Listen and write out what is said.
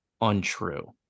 untrue